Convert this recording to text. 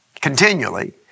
continually